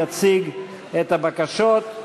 יציג את הבקשות.